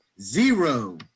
Zero